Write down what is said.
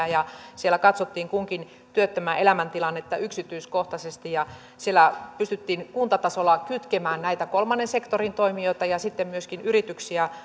ja siellä katsottiin kunkin työttömän elämäntilannetta yksityiskohtaisesti siellä pystyttiin kuntatasolla kytkemään näitä kolmannen sektorin toimijoita ja sitten myöskin yrityksiä